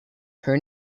her